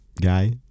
guy